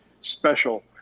special